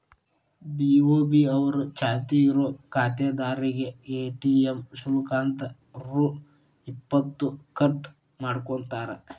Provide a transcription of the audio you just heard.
BOB ಅವರು ಚಾಲ್ತಿ ಇರೋ ಖಾತಾದಾರ್ರೇಗೆ ಎ.ಟಿ.ಎಂ ಶುಲ್ಕ ಅಂತ ರೊ ಇಪ್ಪತ್ತು ಕಟ್ ಮಾಡ್ಕೋತಾರ